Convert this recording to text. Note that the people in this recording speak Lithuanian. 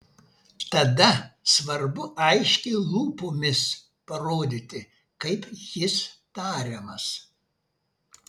tada svarbu aiškiai lūpomis parodyti kaip jis tariamas